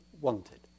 wanted